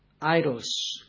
idols